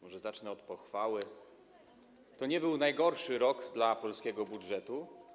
Może zacznę od pochwały: to nie był najgorszy rok dla polskiego budżetu.